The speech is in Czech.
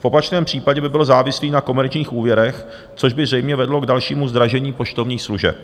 V opačném případě by byl závislý na komerčních úvěrech, což by zřejmě vedlo k dalšímu zdražení poštovních služeb.